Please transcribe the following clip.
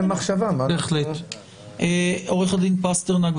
עו"ד פסטרנק,